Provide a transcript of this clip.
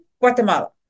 Guatemala